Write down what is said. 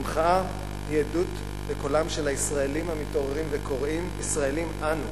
המחאה היא עדות לקולם של הישראלים המתעוררים וקוראים: ישראלים אנו.